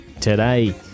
today